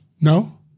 No